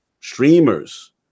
streamers